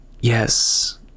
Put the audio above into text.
Yes